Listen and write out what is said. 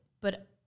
but-